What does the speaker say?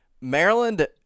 Maryland